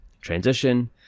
transition